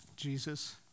Jesus